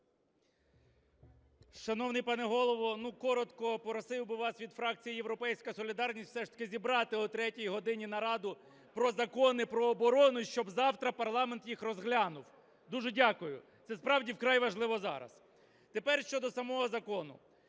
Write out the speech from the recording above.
Шановний пане Голово, ну, коротко просив би вас від фракції "Європейська солідарність" вже ж таки зібрати о третій годині нараду про закони про оборону, щоб завтра парламент їх розглянув. Дуже дякую. Це справді вкрай важливо зараз. Тепер щодо самого закону.